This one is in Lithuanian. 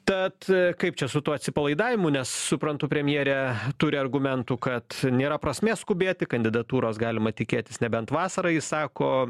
tad kaip čia su tuo atsipalaidavimu nes suprantu premjerė turi argumentų kad nėra prasmės skubėti kandidatūros galima tikėtis nebent vasarą ji sako